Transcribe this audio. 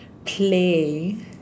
play